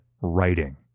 writing